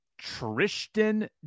Tristan